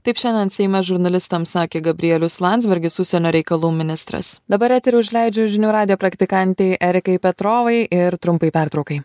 taip šiandien seime žurnalistams sakė gabrielius landsbergis užsienio reikalų ministras dabar eterį užleidžiu žinių radijo praktikantei erikai petrovai ir trumpai pertraukai